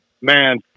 man